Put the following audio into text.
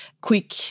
quick